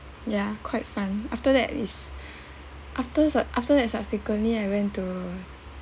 ya quite fun after that is after sub~ after that subsequently I went to